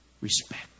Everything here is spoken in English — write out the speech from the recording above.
respect